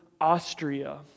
Austria